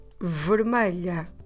vermelha